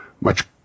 Much